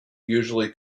usually